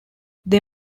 they